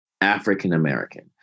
African-American